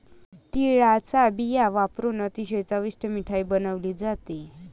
तिळाचा बिया वापरुन अतिशय चविष्ट मिठाई बनवली जाते